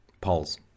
Polls